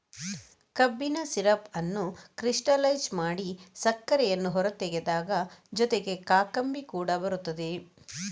ಕಬ್ಬಿನ ಸಿರಪ್ ಅನ್ನು ಕ್ರಿಸ್ಟಲೈಜ್ ಮಾಡಿ ಸಕ್ಕರೆಯನ್ನು ಹೊರತೆಗೆದಾಗ ಜೊತೆಗೆ ಕಾಕಂಬಿ ಕೂಡ ಬರುತ್ತದೆ